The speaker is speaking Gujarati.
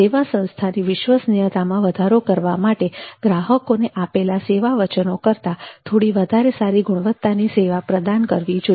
સેવા સંસ્થાની વિશ્વસનીયતામાં વધારો કરવા માટે ગ્રાહકોને આપેલા સેવા વચનો કરતાં થોડી વધારે સારી ગુણવત્તાની સેવા પ્રદાન કરવી જોઈએ